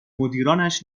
مدیرانش